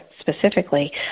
specifically